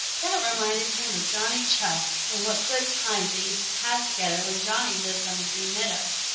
that reminded him of johnny chuck and what good times they used to have together when johnny lived on the green meadows.